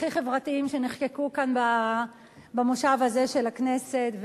הכי חברתיים שנחקקו כאן במושב הזה של הכנסת,